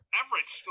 average